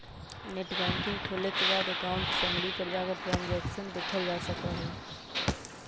net banking खोले के बाद अकाउंट समरी पर जाकर ट्रांसैक्शन देखलजा सका हई